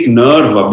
nerve